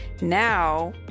now